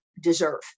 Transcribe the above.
deserve